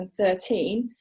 2013